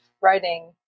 writing